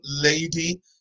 lady